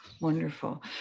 Wonderful